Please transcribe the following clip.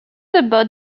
about